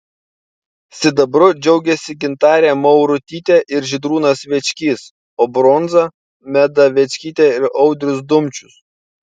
sidabru džiaugėsi gintarė maurutytė ir žydrūnas večkys o bronza meda večkytė ir audrius dumčius